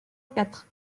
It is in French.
quatre